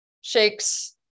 shakes